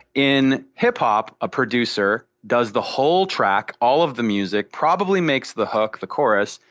in hip hop, a producer does the whole track, all of the music, probably makes the hook, the chorus,